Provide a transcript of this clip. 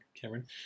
Cameron